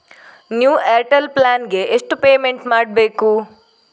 New Airtel plan ಗೆ ಎಷ್ಟು payment ಮಾಡ್ಬೇಕು?